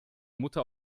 mutter